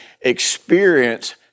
experience